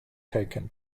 taken